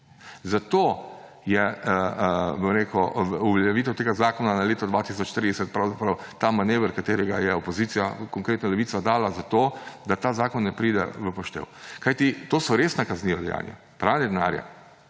Zato je uveljavitev tega zakona v letu 2030 pravzaprav ta manever, ki ga je opozicija, konkretno Levica, dala zato, da ta zakon ne pride v poštev, kajti to so resna kazniva dejanja. Pranje denarja